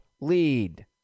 lead